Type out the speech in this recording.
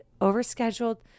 overscheduled